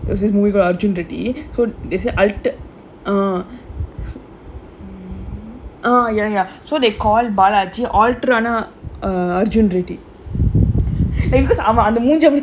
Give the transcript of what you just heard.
oh this movie call arjun reddy could they say uh ah ya ya so they call balaji alter ஆன:aana arjun reddy in because அவன் அந்த மூஞ்சி:avan antha moonji